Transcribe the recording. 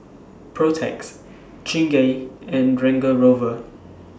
Protex Chingay and Range Rover